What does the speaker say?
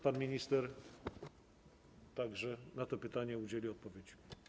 Pan minister także na to pytanie udzieli odpowiedzi.